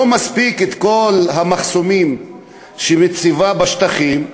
לא מספיק כל המחסומים שהיא מציבה בשטחים,